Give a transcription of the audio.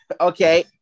Okay